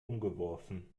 umgeworfen